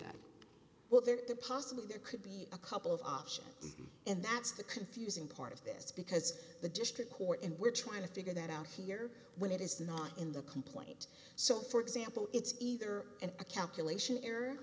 that well there are the possibly there could be a couple of options and that's the confusing part of this because the district court and we're trying to figure that out here when it is not in the complaint so for example it's either and a calculation error